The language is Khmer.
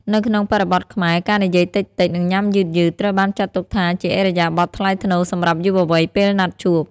នៅក្នុងបរិបទខ្មែរ ការនិយាយតិចៗ និងញ៉ាំយឺតៗ ត្រូវបានចាត់ទុកថាជាឥរិយាបថថ្លៃថ្នូរសម្រាប់យុវវ័យពេលណាត់ជួប។